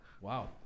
Wow